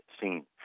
scene